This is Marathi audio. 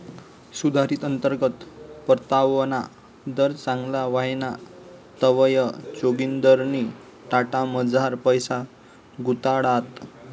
सुधारित अंतर्गत परतावाना दर चांगला व्हयना तवंय जोगिंदरनी टाटामझार पैसा गुताडात